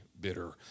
bitter